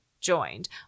joined